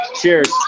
Cheers